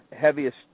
heaviest